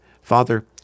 Father